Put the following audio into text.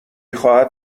خواهد